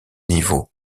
niveaux